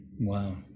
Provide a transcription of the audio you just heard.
Wow